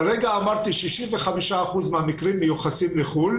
כרגע אמרתי ש-65 אחוזים מהמקרים מיוחסים לחוץ לארץ.